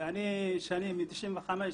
משנת 95'